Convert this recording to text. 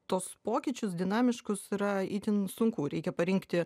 tuos pokyčius dinamiškus yra itin sunku reikia parinkti